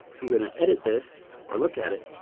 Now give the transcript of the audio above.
i'm going to edit this or look at it.